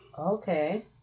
Okay